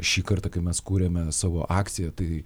šį kartą kai mes kūrėme savo akciją tai